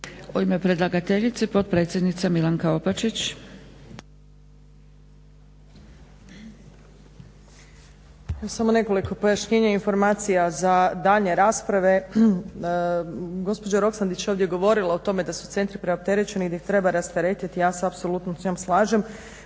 U ime predlagateljice potpredsjednica Milanka Opačić. **Opačić, Milanka (SDP)** Samo nekoliko pojašnjenja i informacija za daljnje rasprave. Gospođa Roksandić je ovdje govorila o tome da su centri preopterećeni i da ih treba rasteretiti. Ja se apsolutno s njom slažem